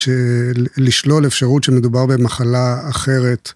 לשלול אפשרות שמדובר במחלה אחרת.